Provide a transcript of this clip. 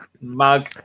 mug